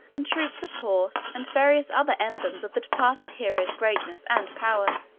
and troops of horse, and various other emblems of the departed hero's greatness and power.